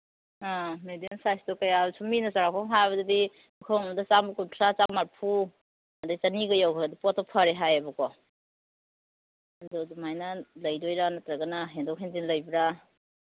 ꯑ ꯃꯦꯗꯤꯌꯝ ꯁꯥꯏꯁꯇꯣ ꯀꯌꯥ ꯁꯨꯝ ꯃꯤꯅ ꯆꯧꯔꯥꯛꯄ ꯑꯃ ꯍꯥꯏꯕꯗꯗꯤ ꯄꯨꯈꯝ ꯑꯃꯗ ꯆꯥꯝꯃ ꯀꯨꯟꯊ꯭ꯔꯥ ꯆꯥꯝꯃ ꯃꯔꯐꯨ ꯑꯗꯒꯤ ꯆꯅꯤꯒ ꯌꯧꯒ꯭ꯔꯗꯤ ꯄꯣꯠꯇꯨ ꯐꯔꯦ ꯍꯥꯏꯌꯦꯕꯀꯣ ꯑꯗꯨ ꯑꯗꯨꯃꯥꯏꯅ ꯂꯩꯗꯣꯏꯔꯥ ꯅꯠꯇ꯭ꯔꯒꯅ ꯍꯦꯟꯗꯣꯛ ꯍꯦꯟꯖꯤꯟ ꯂꯩꯕ꯭ꯔꯥ